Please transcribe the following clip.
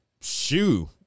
shoe